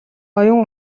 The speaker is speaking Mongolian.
оюун